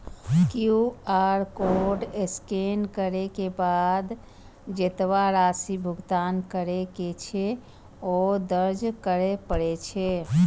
QR code scan करै के बाद जेतबा राशि भुगतान करै के छै, ओ दर्ज करय पड़ै छै